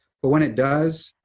but when it does,